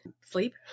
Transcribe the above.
sleep